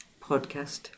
podcast